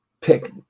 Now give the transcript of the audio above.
pick